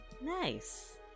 Nice